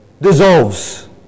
dissolves